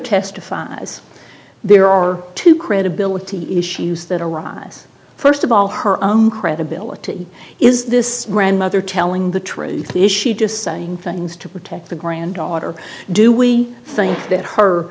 testifies there are two credibility issues that arise first of all her own credibility is this grandmother telling the truth is she just saying things to protect the granddaughter do we think that her